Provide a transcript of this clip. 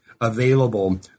available